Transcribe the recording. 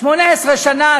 18 שנה,